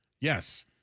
Yes